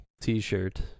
t-shirt